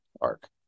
arc